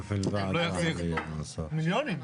מיליונים.